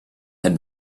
had